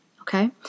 okay